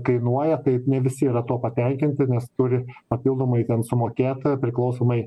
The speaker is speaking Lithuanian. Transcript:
kainuoja tai ne visi yra tuo patenkinti nes turi papildomai ten sumokėt priklausomai